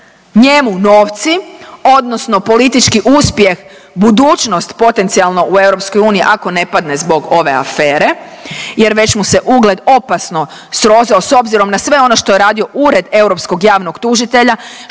Njemu novci odnosno politički uspjeh, budućnost potencijalno u EU ako ne padne zbog ove afere jer već mu se ugled opasno srozao s obzirom na sve ono što je radio Ured europskog